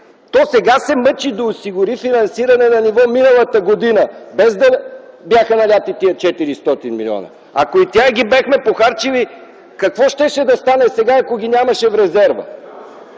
То сега се мъчи да осигури финансиране на ниво миналата година, без да бяха налети тези 400 милиона. Ако и тях ги бяхме похарчили, какво щеше да стане сега, ако ги нямаше в резерва?